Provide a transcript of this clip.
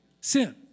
Sin